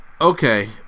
okay